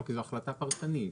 כי זו החלטה פרטנית.